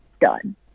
done